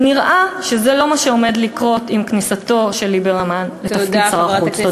ונראה שזה לא מה שעומד לקרות עם כניסתו של ליברמן לתפקיד שר החוץ.